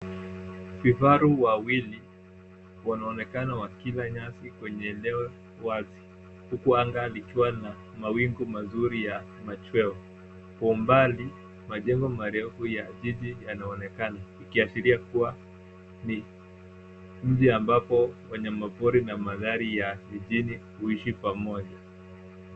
Vifaru wawili wanaonekana wakila nyasi kwenye eneo wazi huku anga likiwa na mawingu mazuri ya machweo. Kwa umbali majengo marefu ya jiji yanaonekana ikiashiria kuwa ni nje ambapo wanyamapori na magari ya jijini huishi pamoja.